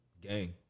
gang